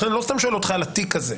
לכן אני לא סתם שואל אותך על התיק הזה.